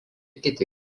kiti